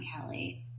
Kelly